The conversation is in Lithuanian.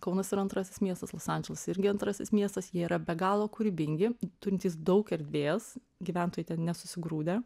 kaunas yra antrasis miestas los andželas irgi antrasis miestas jie yra be galo kūrybingi turintys daug erdvės gyventojai ten nesusigrūdę